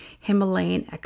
Himalayan